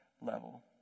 level